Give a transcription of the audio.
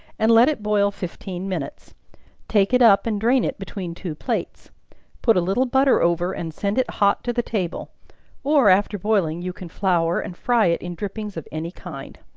and let it boil fifteen minutes take it up and drain it between two plates put a little butter over and send it hot to the table or, after boiling, you can flour, and fry it in drippings of any kind.